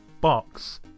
box